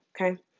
okay